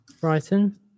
brighton